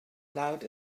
loud